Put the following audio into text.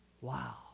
Wow